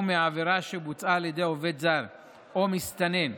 מהעבירה שבוצעה על ידי עובד זר או מסתנן,